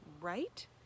right